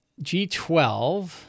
G12